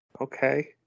Okay